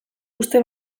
uste